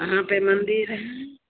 वहाँ पर मंदिर है